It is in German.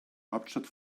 hauptstadt